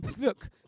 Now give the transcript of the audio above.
look